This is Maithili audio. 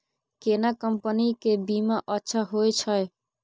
केना कंपनी के बीमा अच्छा होय छै?